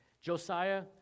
Josiah